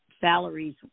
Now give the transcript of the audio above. salaries